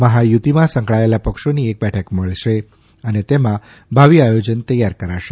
મહાયુતિમાં સંકળાયેલા પક્ષોની એક બેઠક મળશે અને તેમાં ભાવિ આયોજન તૈયાર કરાશે